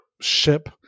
ship